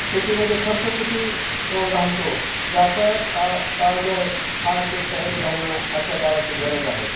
शेतीमध्ये खर्च किती घालतो याचं ताळ ताळमेळ हा शेतकऱ्याने घालणं आजच्या काळाची गरज आहे